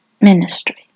ministry